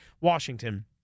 Washington